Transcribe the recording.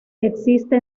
existe